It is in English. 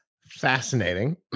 fascinating